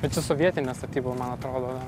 bet čia sovietinė statyba man atrodo